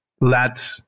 let